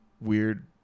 weird